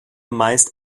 meist